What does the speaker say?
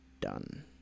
done